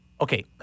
Okay